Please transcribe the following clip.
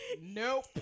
nope